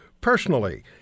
personally